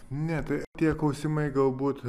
ne tai tie klausimai galbūt